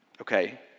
Okay